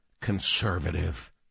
conservative